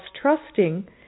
trusting